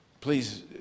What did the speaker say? Please